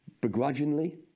begrudgingly